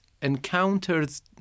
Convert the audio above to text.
encounters